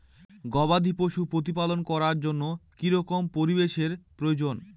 গবাদী পশু প্রতিপালন করার জন্য কি রকম পরিবেশের প্রয়োজন?